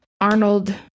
Arnold